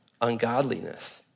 ungodliness